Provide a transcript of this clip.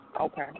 Okay